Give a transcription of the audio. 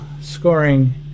scoring